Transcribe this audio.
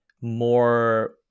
more